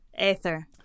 Ether